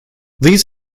these